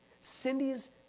Cindy's